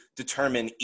determine